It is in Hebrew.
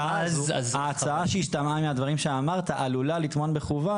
ההצעה שהשתמעה מהדברים שאמרת עלולה לטמון בחובה